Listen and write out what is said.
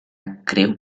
creu